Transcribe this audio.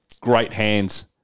great-hands